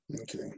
Okay